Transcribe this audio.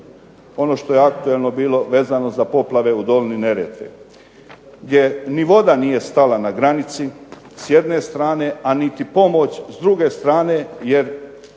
ono što je aktualno bilo vezano u dolini Neretve, gdje ni voda nije stala na granici s jedne strane, a niti pomoć s druge strane jer